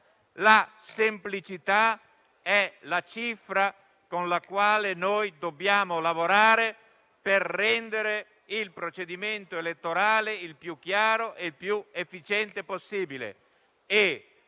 La semplicità è la cifra con la quale dobbiamo lavorare per rendere il procedimento elettorale il più chiaro ed efficiente possibile.